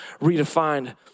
redefined